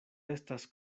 estas